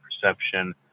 perception